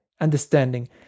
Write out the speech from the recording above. understanding